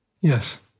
Yes